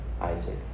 Isaac